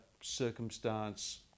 circumstance